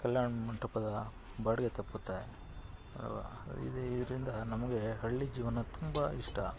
ಕಲ್ಯಾಣ ಮಂಟಪದ ಬಾಡಿಗೆ ತಪ್ಪುತ್ತೆ ಇದು ಇದರಿಂದ ನಮಗೆ ಹಳ್ಳಿ ಜೀವನ ತುಂಬ ಇಷ್ಟ